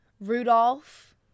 Rudolph